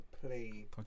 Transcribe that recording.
play